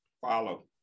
Follow